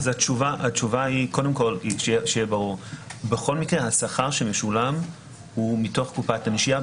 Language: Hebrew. התשובה היא שבכל מקרה השכר שמשולם הוא מתוך קופת הנשייה,